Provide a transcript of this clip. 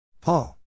Paul